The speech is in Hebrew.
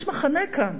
יש מחנה כאן,